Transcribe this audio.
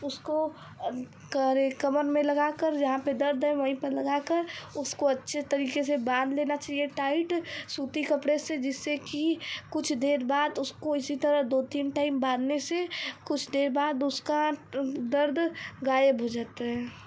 उसको करे कमर में लगा कर जहाँ पर दर्द है वही पर लगा कर उसको अच्छे तरीके से बांध लेना चाहिए टाइट सूती कपड़े से जिससे कि कुछ देर बाद उसको इसी तरह दो तीन टाइम बांधने से कुछ देर बाद उसका दर्द गायब हो जाता है